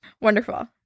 Wonderful